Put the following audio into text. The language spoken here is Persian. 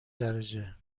درجه